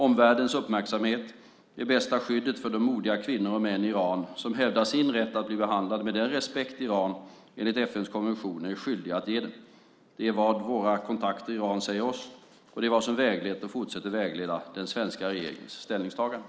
Omvärldens uppmärksamhet är bästa skyddet för de modiga kvinnor och män i Iran som hävdar sin rätt att bli behandlade med den respekt Iran enligt FN:s konventioner är skyldiga att ge dem. Det är vad våra kontakter i Iran säger oss, och det är vad som väglett och fortsatt vägleder den svenska regeringens ställningstagande.